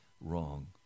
Wrong